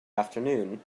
afternoon